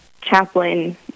chaplain